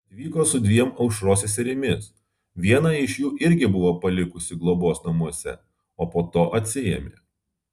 atvyko su dviem aušros seserimis vieną iš jų irgi buvo palikusi globos namuose o po to atsiėmė